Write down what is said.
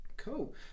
Cool